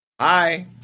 Hi